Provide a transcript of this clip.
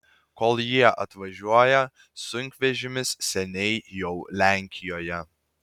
kol jie atvažiuoja sunkvežimis seniai jau lenkijoje